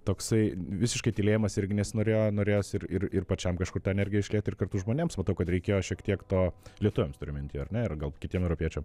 toksai visiškai tylėjimas irgi nesinorėjo norėjos ir ir ir pačiam kažkur tą energiją išliet ir kartu žmonėms matau kad reikėjo šiek tiek to lietuviams turiu minty ar ne ir gal kitiem europiečiam